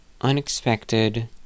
unexpected